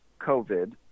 COVID